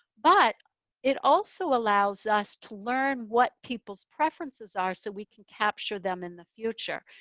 but it also allows us to learn what people's preferences are so we can capture them in the future.